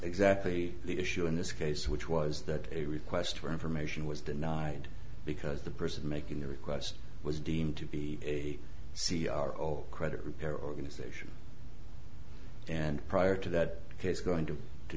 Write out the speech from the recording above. exactly the issue in this case which was that a request for information was denied because the person making the request was deemed to be a c r or credit repair organization and prior to that case going to the